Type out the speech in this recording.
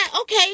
okay